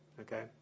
okay